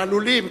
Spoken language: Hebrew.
אנחנו עלולים,